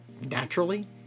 naturally